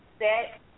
set